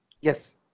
Yes